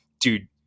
dude